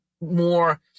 more